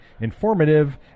informative